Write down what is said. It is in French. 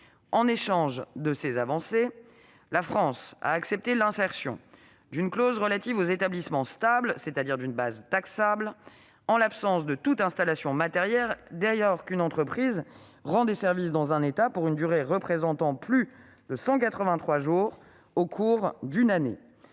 En échange de ces avancées, la France a accepté l'insertion d'une clause relative aux établissements stables, c'est-à-dire d'une base taxable, en l'absence de toute installation matérielle, dès lors qu'une entreprise rend des services dans un État pour une durée représentant plus de 183 jours au cours d'une année.